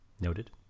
Noted